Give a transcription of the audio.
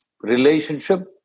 relationship